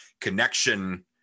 connection